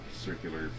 circular